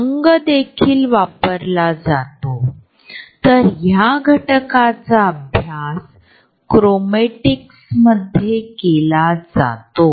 Robert सॉमरच्या म्हणण्यानुसार या वर्तणूक यंत्रणा आहेत ज्याचा उपयोग लोक इतर लोकांशी संपर्क सुधारण्यासाठी करतात